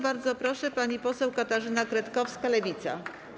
Bardzo proszę, pani poseł Katarzyna Kretkowska, Lewica.